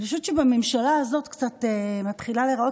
אני חושבת שהממשלה הזאת קצת מתחילה להיראות